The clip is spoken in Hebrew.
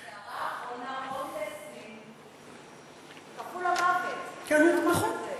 בסערה האחרונה הומלסים קפאו למוות --- להם קורת גג.